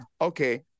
okay